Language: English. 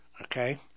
Okay